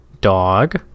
dog